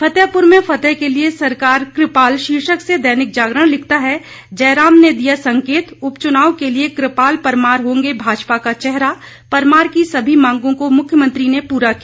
फतेहपुर में फतह के लिए सरकार कृपाल शीर्षक से दैनिक जागरण लिखता है जयराम ने दिया संकेत उप चुनाव के लिए कृपाल परमार होंगे भाजपा का चेहरा परमार की सभी मांगों को मुख्यमंत्री ने पूरा किया